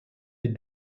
des